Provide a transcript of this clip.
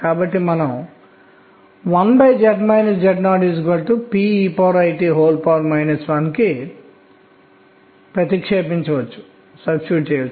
కాబట్టి l విలువలు 0 1 2 నుండి n 1 వరకు ఉంటాయి మరియు ఇది మొత్తం కోణీయ ద్రవ్యవేగం కు సంబంధించినది మరియు మరియు ప్రతి l కోసం ప్రతి l కోసం m విలువలను కలిగి ఉంటాను అవి l నుండి l వరకు ఉంటాయి